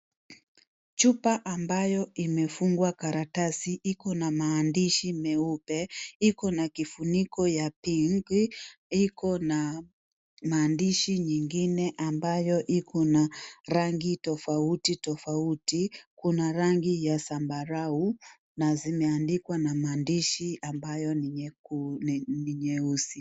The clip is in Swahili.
Chupa ambayo imefungwa karatasi iko na maandishi meupe, iko na kifuniko ya pinki, iko na maandishi nyingine ambayo iko na rangi tofauti tofauti. Kuna rangi ya sambarau na zimeandikwa na maandishi ambayo ni nyeusi.